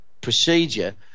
procedure